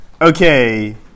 Okay